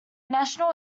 national